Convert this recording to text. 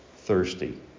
Thirsty